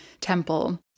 temple